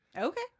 Okay